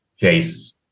chase